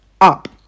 up